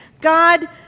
God